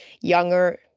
younger